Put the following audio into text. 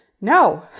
No